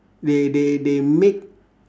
they they they make